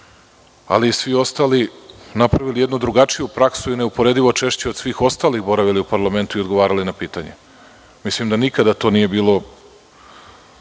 ali i svi ostali, napravili jednu drugačiju praksu i neuporedivo češće od svih ostali boravili u parlamentu i odgovarali na pitanje. Mislim da nikada to nije bila